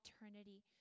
eternity